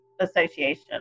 association